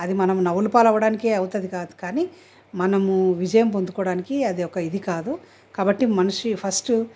అది మనం నవ్వులపాలు అవ్వడానికే అవుతుంది కాదు కానీ మనము విజయం పొందుకోవడానికి అది ఒక ఇది కాదు కాబట్టి మనిషి ఫస్ట్